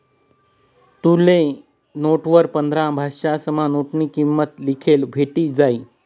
तुले नोटवर पंधरा भाषासमा नोटनी किंमत लिखेल भेटी जायी